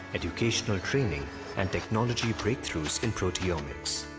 educational training and technology breakthroughs in proteomics.